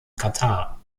katar